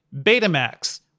Betamax